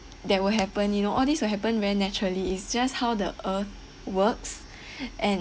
that will happen you know all this will happen very naturally is just how the earth works and